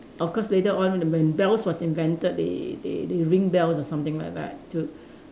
of course later on when bells was invented they they they ring bells or something like that to